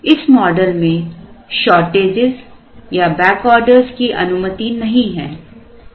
इस मॉडल में शॉर्टेजेस या बैकआर्डरज की अनुमति नहीं है